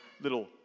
little